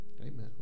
Amen